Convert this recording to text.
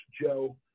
Joe